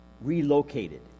relocated